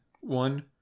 one